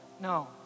No